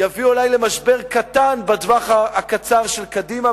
יביא אולי למשבר קטן בטווח הקצר של קדימה,